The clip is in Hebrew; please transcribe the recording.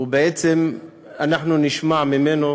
ובעצם אנחנו נשמע ממנו,